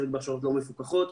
חלק בהכשרות לא מפוקחות.